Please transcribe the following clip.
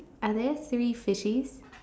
are there three fishes